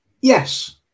yes